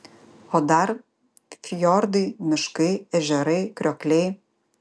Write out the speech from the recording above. o dar fjordai miškai ežerai kriokliai